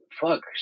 Fuck